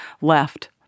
left